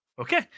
Okay